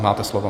Máte slovo.